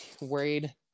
worried